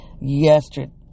Yesterday